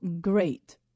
great